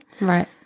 Right